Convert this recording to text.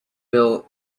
built